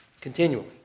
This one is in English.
Continually